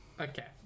Okay